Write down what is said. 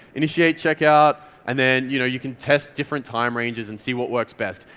initiate checkout and then you know you can test different time ranges and see what works best.